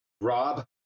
Rob